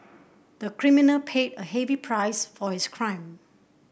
the criminal paid a heavy price for his crime